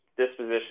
disposition